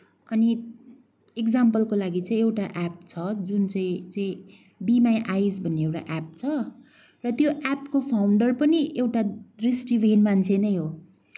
अनि एक्जाम्पलको लागि चाहिँ एउटा एप छ जुन चाहिँ चाहिँ बि माई आइज भन्ने एउटा एप छ र त्यो एपको फाउन्डर पनि एउटा दृष्टिविहीन मान्छे नै हो